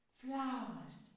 flowers